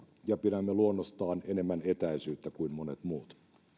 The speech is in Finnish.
ja pidämme luonnostaan enemmän etäisyyttä kuin monet muut